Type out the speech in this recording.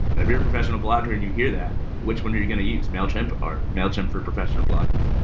if you're a professional blogger and you hear that, which one are you going to use, mailchimp or mailchimp for professional blogger?